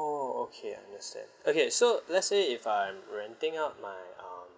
oh okay understand okay so let's say if I'm renting out my um